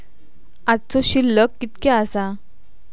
आजचो शिल्लक कीतक्या आसा?